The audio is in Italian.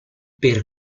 per